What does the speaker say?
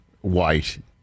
White